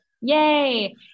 Yay